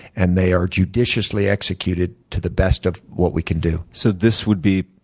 and they are judiciously executed to the best of what we can do. so this would be,